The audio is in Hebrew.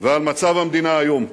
ועל מצב המדינה היום.